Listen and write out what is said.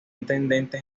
intendente